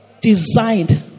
designed